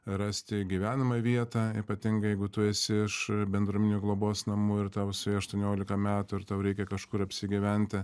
rasti gyvenamąją vietą ypatingai jeigu tu esi iš bendruomeninių globos namų ir tau suėjo aštuoniolika metų ir tau reikia kažkur apsigyventi